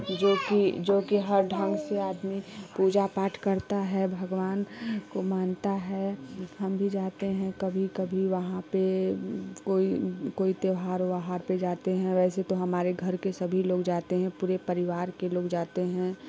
जोकि जो की हर ढंग से आदमी पूजा पाठ करता है भगवान को मानता है हम भी जाते हैं कभी कभी वहाँ पे कोई कोई त्यौहार वोहार पे जाते हैं वैसे तो हमारे घर के सभी लोग जाते हैं पूरे परिवार के लोग जाते हैं